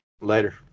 later